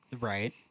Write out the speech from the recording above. Right